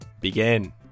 begin